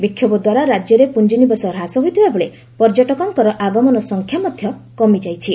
ବିକ୍ଷୋଭଦ୍ୱାରା ରାଜ୍ୟରେ ପୁଞ୍ଜିନିବେଶ ହ୍ରାସ ହୋଇଥିବାବେଳେ ପର୍ଯ୍ୟଟକଙ୍କର ଆଗମନ ସଂଖ୍ୟା ମଧ୍ୟ କମିଯାଇଛି